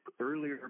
earlier